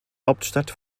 hauptstadt